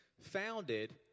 founded